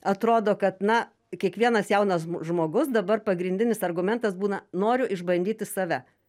atrodo kad na kiekvienas jaunas žmogus dabar pagrindinis argumentas būna noriu išbandyti save